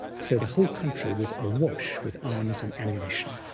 so the whole country was awash with arms and ammunition.